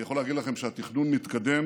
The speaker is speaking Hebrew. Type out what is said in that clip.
אני יכול להגיד לכם שהתכנון מתקדם,